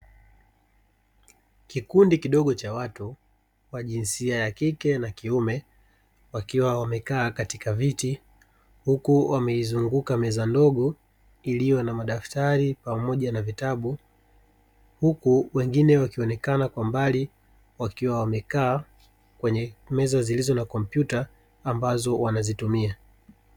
Kikundi kidogo cha watu wa jinsia ya kike na kiume, wakiwa wamekaa katika viti huku wameizunguka meza ndogo iliyo na madaftari pamoja na vitabu, huku wengine wakionekana kwa mbali wakiwa wamekaa kwenye meza zilizo na kompyuta ambazo wanazitumia.